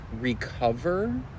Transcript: recover